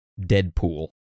Deadpool